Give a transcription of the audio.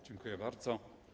Dziękuję bardzo.